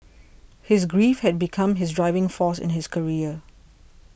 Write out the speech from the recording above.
his grief had become his driving force in his career